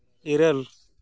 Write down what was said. ᱤᱨᱟᱹᱞ